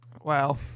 Wow